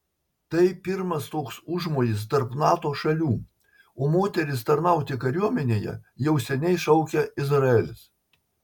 tai pirmas toks užmojis tarp nato šalių o moteris tarnauti kariuomenėje jau seniai šaukia izraelis